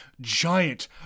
giant